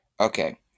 okay